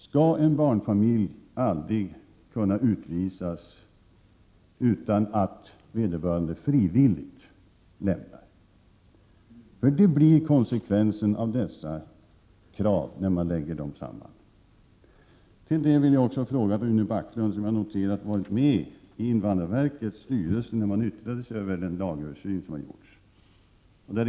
Skall en barnfamilj aldrig kunna utvisas utan att vederbörande frivilligt lämnar landet? Det blir konsekvensen av dessa krav, när man lägger samman dem. Jag vill också ställa en fråga till Rune Backlund, som enligt vad jag har noterat var med i invandrarverkets styrelse när styrelsen yttrade sig över den lagöversyn som gjorts.